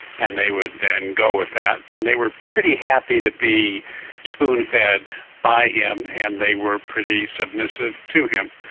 and they would then go with that. and they were pretty happy to be spoon-fed by him and they were pretty submissive to him.